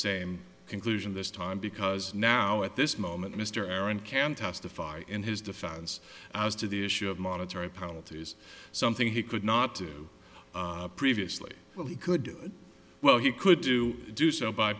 same conclusion this time because now at this moment mr aaron can testify in his defense as to the issue of monetary policies something he could not do previously but he could well he could do do so by